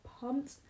pumped